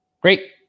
Great